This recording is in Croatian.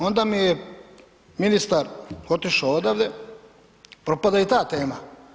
Onda mi ministar otišao odavde, propada i ta tema.